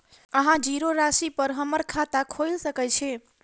अहाँ जीरो राशि पर हम्मर खाता खोइल सकै छी?